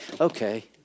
Okay